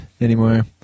anymore